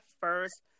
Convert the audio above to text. first –